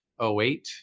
08